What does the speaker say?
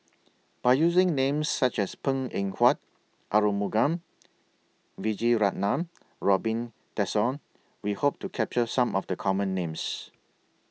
By using Names such as Png Eng Huat Arumugam Vijiaratnam Robin Tessensohn We Hope to capture Some of The Common Names